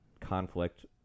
conflict